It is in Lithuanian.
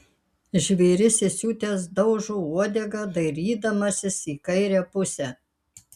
žvėris įsiutęs daužo uodega dairydamasis į kairę pusę